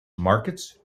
markets